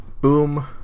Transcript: boom